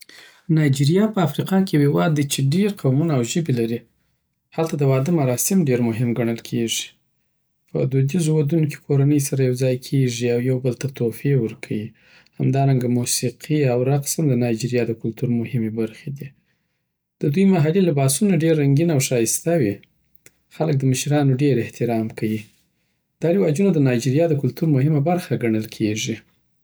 نایجیریا په افریقا کی یو هیواد دی چی ډېر قومونه او ژبی لری هلته د واده مراسم ډېر مهم ګڼل کیږی په دودیزو ودونو کی، کورنۍ سره یو ځای کیږی او یوبل ته تحفی ورکوی همدارنګه، موسیقی او رقص د نایجیریا د کلتور مهمی برخې دی د دوی محلی لباسونه ډېر رنګین اوښایسته وی. خلک د مشرانو ډیر احترام کوی. دا رواجونه د نایجیریا د کلتوری مهمه برخه ګڼل کیږی.